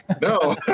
No